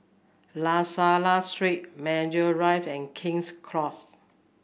La Salle Street Maju rive and King's Close